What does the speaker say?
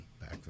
back